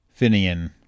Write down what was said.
Finian